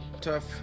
Tough